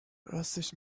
راستش